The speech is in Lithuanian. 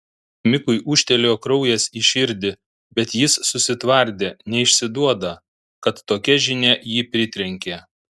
mikui ūžtelėjo kraujas į širdį bet jis susitvardė neišsiduoda kad tokia žinia jį pritrenkė